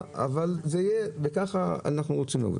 אבל זה מצריך רצון עם קצת השקעה.